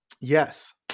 yes